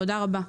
תודה רבה.